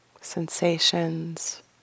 sensations